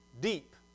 deep